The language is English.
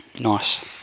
Nice